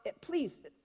please